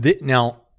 now